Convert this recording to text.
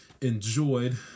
enjoyed